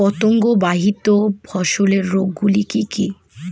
পতঙ্গবাহিত ফসলের রোগ গুলি কি কি?